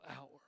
hour